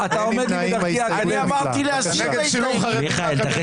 אין ההסתייגות מס' 1 של קבוצת סיעת העבודה לא נתקבלה.